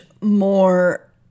more